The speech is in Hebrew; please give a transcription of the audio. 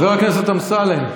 חבר הכנסת אמסלם.